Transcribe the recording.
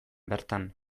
bertan